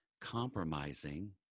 compromising